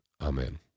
Amen